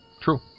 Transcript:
True